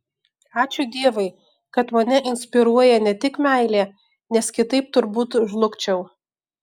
ačiū dievui kad mane inspiruoja ne tik meilė nes kitaip turbūt žlugčiau